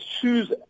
choose